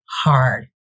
hard